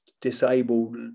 disabled